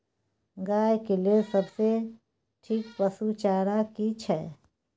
गाय के लेल सबसे ठीक पसु चारा की छै?